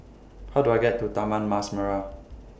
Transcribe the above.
How Do I get to Taman Mas Merah